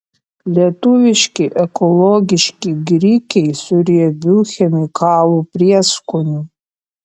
lietuviški ekologiški grikiai su riebiu chemikalų prieskoniu